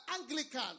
Anglican